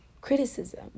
criticism